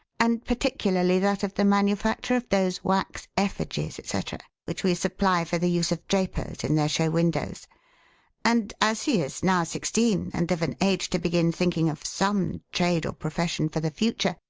and particularly that of the manufacture of those wax effigies, et cetera, which we supply for the use of drapers in their show windows and as he is now sixteen and of an age to begin thinking of some trade or profession for the future,